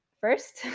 first